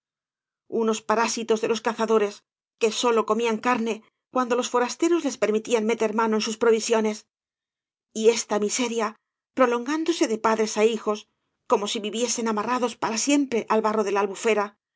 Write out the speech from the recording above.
unos parásitos de los cazadores que sólo comían carne cuando los forasteros les permitían meter mano en sus provisiones y esta miseria prolongándose de padres á hijos como si viviesen amarrados para siempre al barro de la albufera